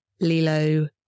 Lilo